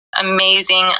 amazing